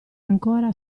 ancora